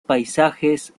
paisajes